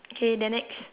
okay the next